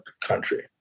country